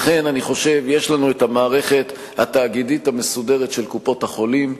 לכן אני חושב יש לנו המערכת התאגידית המסודרת של קופות-החולים,